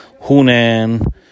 Hunan